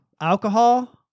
alcohol